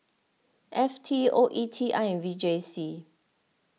F T O E T I and V J C